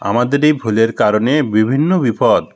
আমাদের এই ভুলের কারণে বিভিন্ন বিপদ